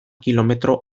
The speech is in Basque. kilometro